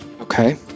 Okay